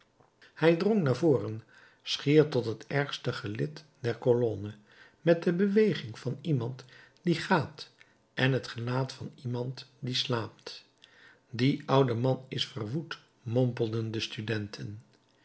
hij drong naar voren schier tot het eerste gelid der colonne met de beweging van iemand die gaat en t gelaat van iemand die slaapt die oude man is verwoed mompelden de studenten